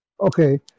Okay